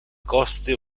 coste